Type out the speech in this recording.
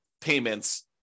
payments